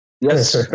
Yes